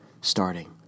starting